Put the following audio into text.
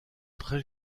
très